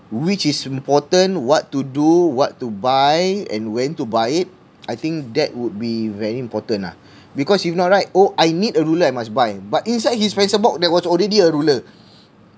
which is important what to do what to buy and when to buy it I think that would be very important ah because you know right oh I need a ruler I must buy but inside his pencil box there was already a ruler